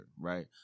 right